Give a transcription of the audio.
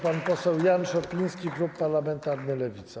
Pan poseł Jan Szopiński, klub parlamentarny Lewica.